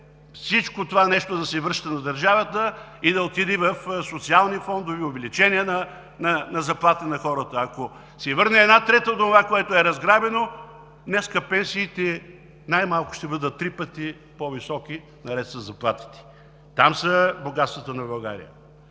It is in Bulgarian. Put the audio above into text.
всичко това нещо да се връща на държавата и да отиде в социални фондове и за увеличение на заплатите на хората. Ако се върне една трета от онова, което е разграбено, днес пенсиите най-малко ще бъдат три пъти по-високи, наред със заплатите. Там са богатствата на България.